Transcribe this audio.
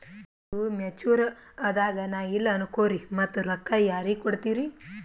ಈದು ಮೆಚುರ್ ಅದಾಗ ನಾ ಇಲ್ಲ ಅನಕೊರಿ ಮತ್ತ ರೊಕ್ಕ ಯಾರಿಗ ಕೊಡತಿರಿ?